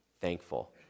thankful